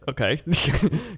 Okay